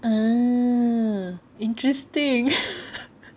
um interesting